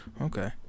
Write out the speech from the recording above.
Okay